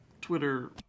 Twitter